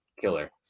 killer